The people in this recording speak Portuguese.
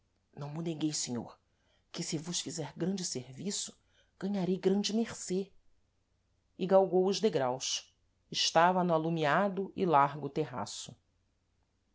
não mo negueis senhor que se vos fizer grande serviço ganharei grande mercê e galgou os degraus estava no alumiado e largo terraço